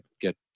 get